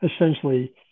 essentially